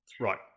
Right